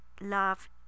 love